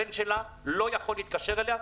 הבן שלה לא יכול להתקשר אליה.